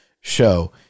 show